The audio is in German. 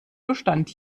bestand